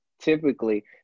Typically